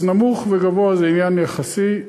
אז נמוך וגבוה זה עניין יחסי.